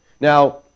Now